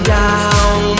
down